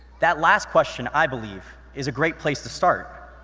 that last question, i believe, is a great place to start.